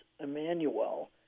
Emmanuel